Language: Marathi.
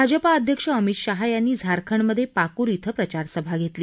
भाजपा अध्यक्ष अमित शाह यांनी झारखंडमधे पाकुर बें प्रचारसभा घेतली